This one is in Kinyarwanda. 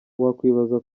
wakwibaza